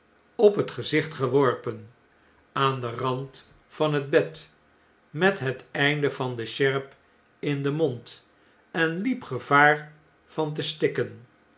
op het gezicht geworpen aan den rand van het bed met het einde van de sjerp in den mond en liep gevaar van te stikken